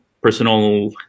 personal